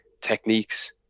techniques